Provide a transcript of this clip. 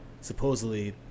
supposedly